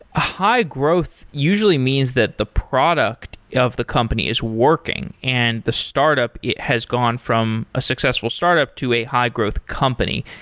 high growth usually means that the product of the company is working and the startup has gone from a successful startup to a high-growth company.